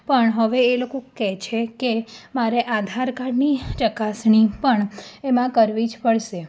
પણ હવે એ લોકો કે છે કે મારે આધારકાર્ડની ચકાસણી પણ એમાં કરાવવી જ પડશે